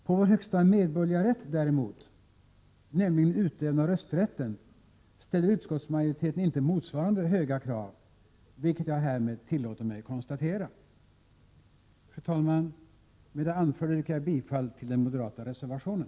På vår högsta medborgerliga rätt, däremot, nämligen utövande av rösträtten, ställer utskottsmajoriteten inte motsvarande höga krav, vilket jag härmed tillåter mig konstatera. Fru talman! Med det anförda yrkar jag bifall till den moderata reservationen.